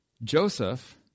Joseph